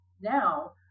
Now